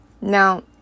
Now